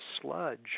sludge